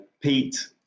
Pete